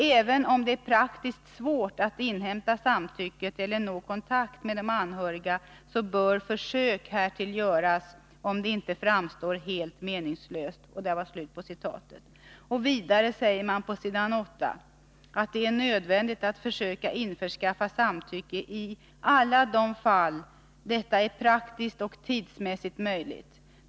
Även om det är praktiskt svårt att inhämta samtycket eller nå kontakt med de anhöriga bör försök härtill göras om det inte framstår som helt meningslöst.” Vidare säger man på s. 8att ”det är nödvändigt att försöka införskaffa samtycke i alla de fall detta är praktiskt och tidsmässigt möjligt.